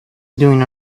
doing